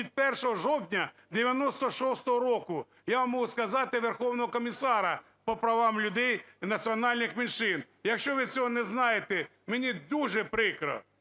від 1 жовтня 1996 року. Я вам можу сказати Верховного комісара по правах людей і національних меншин. Якщо ви цього не знаєте, мені дуже прикро,